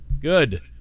good